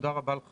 תודה רבה.